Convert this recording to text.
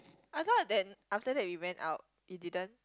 I thought then after that we went out it didn't